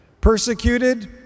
Persecuted